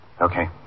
okay